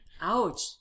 Ouch